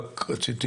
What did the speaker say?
רק רציתי